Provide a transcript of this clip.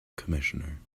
commissioner